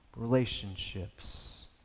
relationships